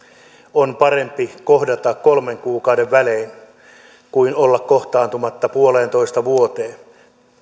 on parempi kohdata kolmen kuukauden välein kuin olla kohtaantumatta puoleentoista vuoteen